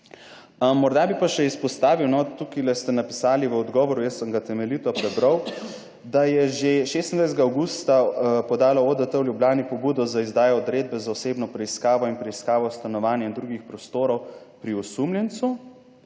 Morda bi pa še izpostavil, tukaj ste napisali v odgovoru, jaz sem ga temeljito prebral, da je že 26. avgusta podalo ODT v Ljubljani pobudo za izdajo odredbe za osebno preiskavo in preiskavo stanovanja in drugih prostorov pri osumljencu,